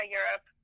Europe